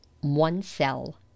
one-cell